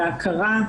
להכרה.